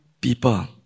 people